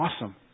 awesome